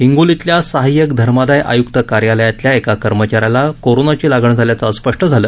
हिंगोलीतल्या सहाय्यक धर्मादाय आय्क्त कार्यालयातल्या एका कर्मचाऱ्याला कोरोनाची लागण झाल्याचं आज स्पष्ट झालं